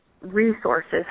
resources